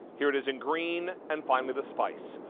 here it is in green. and finally the spice.